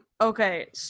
okay